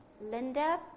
Linda